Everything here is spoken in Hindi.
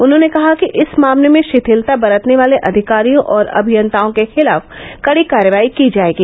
उन्होंने कहा कि इस मामले में षिथिलता बरतने वाले अधिकारियों और अभियंताओं के ख़िलाफ़ कड़ी कार्रवाई की जायेगी